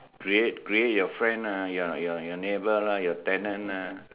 create your friend lah your your your neighbour ah your tenant ah